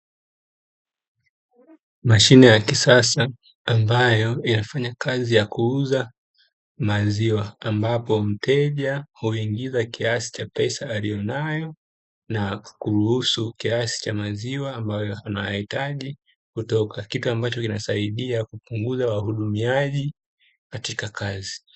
Mashine ya kisasa ambayo inafanya kazi ya kuuza maziwa, ambapo mteja huingiza kiasi cha pesa aliyonayo na kuruhusu kiasi cha maziwa ambayo anayahitaji kutoka, kitu ambacho kinasaidia kupunguza wahudumiaji katika kazi.